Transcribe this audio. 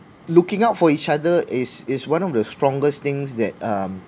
looking out for each other is is one of the strongest things that uh